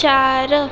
चार